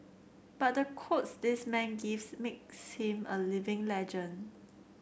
but the quotes this man gives makes him a living legend